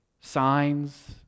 signs